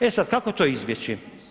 E sada kako to izbjeći?